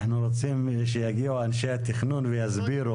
אנחנו רוצים שיגיעו אנשי התכנון ויסבירו